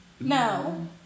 No